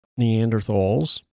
Neanderthals